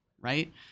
right